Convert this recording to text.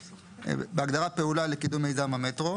בהגדרה "פעולה לקידום מיזם המטרו",